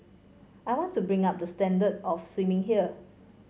I want to bring up the standard of swimming here